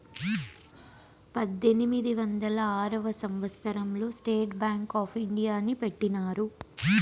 పద్దెనిమిది వందల ఆరవ సంవచ్చరం లో స్టేట్ బ్యాంక్ ఆప్ ఇండియాని పెట్టినారు